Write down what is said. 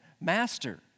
Master